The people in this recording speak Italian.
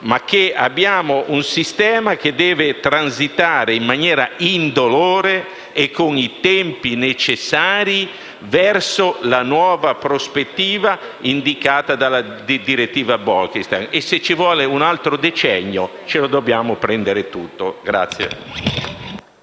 e che abbiamo un sistema che deve transitare in maniera indolore e con i tempi necessari verso la nuova prospettiva indicata dalla direttiva Bolkestein. Se ci vuole un altro decennio, ce lo dobbiamo prendere tutto.